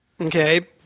Okay